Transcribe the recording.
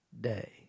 day